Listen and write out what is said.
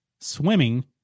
swimming